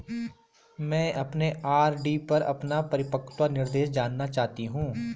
मैं अपने आर.डी पर अपना परिपक्वता निर्देश जानना चाहती हूँ